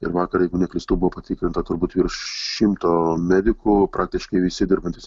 ir vakar jeigu neklystu buvo patikrinta turbūt virš šimto medikų praktiškai visi dirbantys